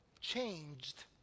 changed